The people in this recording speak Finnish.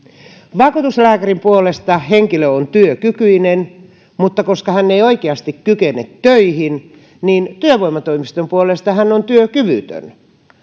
vakuutuslääkärin puolesta henkilö on työkykyinen mutta koska hän ei oikeasti kykene töihin niin työvoimatoimiston puolesta hän on työkyvytön